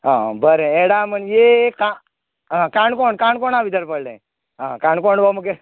आं बरें एडा म्हणजे काण काणकोण काणकोणा भितर पडले आ काणकोण हो मुगे